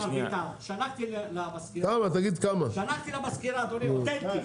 שלחתי למזכירה אותנטי,